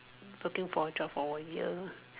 looking for a job for a year